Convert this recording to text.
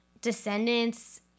descendants